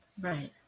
Right